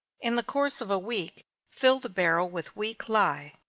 in the course of a week, fill the barrel with weak lye.